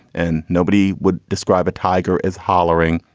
and nobody would describe a tiger as hollering.